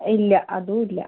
ഇല്ല അതും ഇല്ല